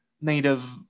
native